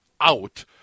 out